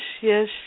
yes